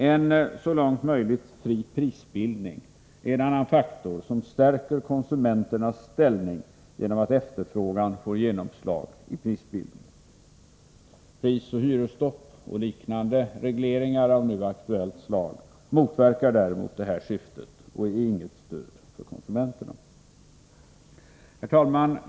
En så långt möjligt fri prisbildning är en annan faktor som stärker konsumenternas ställning genom att efterfrågan får genomslag i prisbildningen. Prisoch hyresstopp och liknande regleringar av nu aktuellt slag motverkar däremot detta syfte och är inget stöd för konsumenterna. Herr talman!